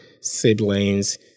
siblings